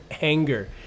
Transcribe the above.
anger